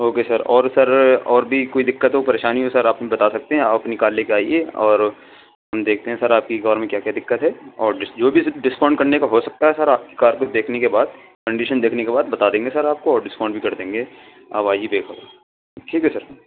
okay sir اور sir اور بھی کوئی دقت ہو پریشانی ہو سر آپ ہمیں بتا سکتے ہیں آپ اپنی کار لے کے آئیے اور ہم دیکھتے ہیں سر آپ کی کار میں کیا کیا دقت ہے اور جو بھی ڈسکاؤنٹ کرنے کا ہو سکتا ہے سر آپ کی کار کو دیکھنے کے بعد کنڈیشن دیکھنے کے بعد بتا دیں گے سر آپ کو اور ڈسکاؤنٹ بھی کر دیں گے آپ آئیے بے خبر ٹھیک ہے سر